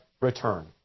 return